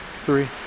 three